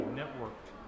networked